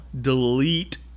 delete